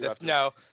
No